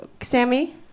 Sammy